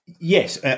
Yes